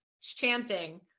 chanting